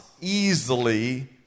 easily